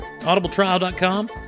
audibletrial.com